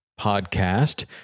podcast